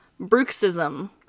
bruxism